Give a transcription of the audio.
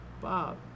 Bob